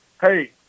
hey